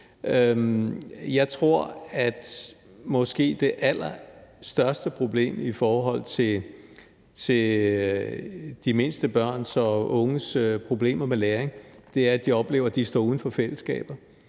Jeg tror, at det måske allerstørste problem i forhold til de mindste børns og unges problemer med læring er, at de oplever, at de står uden for fællesskabet.